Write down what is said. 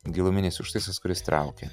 giluminis užtaisas kuris traukia